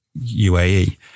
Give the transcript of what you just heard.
UAE